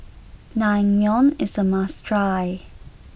Naengmyeon is a must try